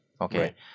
Okay